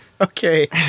Okay